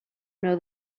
know